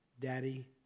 Daddy